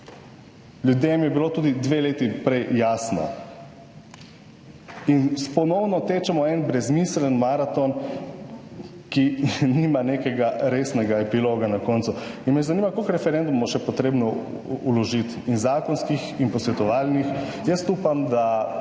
Ljudem je bilo tudi dve leti prej jasno. In ponovno tečemo brezmiseln maraton, ki nima nekega resnega epiloga na koncu. In me zanima, koliko referendumov bo še treba vložiti, zakonskih in posvetovalnih. Jaz upam, da